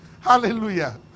Hallelujah